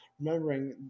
remembering